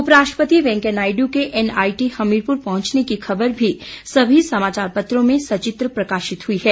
उप राष्ट्रपति वेंकैया नायडू के एनआईटी हमीरपुर पहुंचने की खबर भी सभी समाचार पत्रों में सचित्र प्रकाशित हुई है